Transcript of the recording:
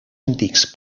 antics